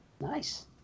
Nice